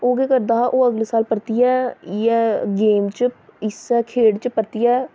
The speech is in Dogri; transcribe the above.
ओह् केह् करदा हा अगले साल परतियै इ'यै गेम च इस्सै खेढ च परतियै